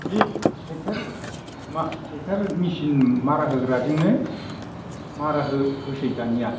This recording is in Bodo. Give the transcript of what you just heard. बे ट्रेक्ट'र मा ट्रेक्ट'र मेसिन मारा होग्राजोंनो मारा होयोसै दानिया